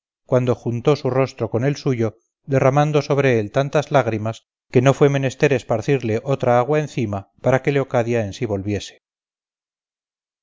cuando juntó su rostro con el suyo derramando sobre él tantas lágrimas que no fue menester esparcirle otra agua encima para que leocadia en sí volviese